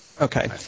Okay